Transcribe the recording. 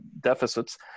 deficits